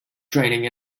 training